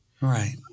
Right